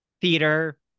theater